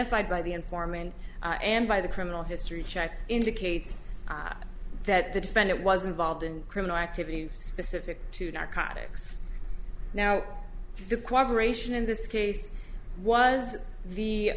identified by the informant and by the criminal history check indicates that the defendant was involved in criminal activity specific to narcotics now the cooperation in this case was the